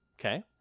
Okay